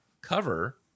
cover